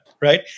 right